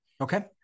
Okay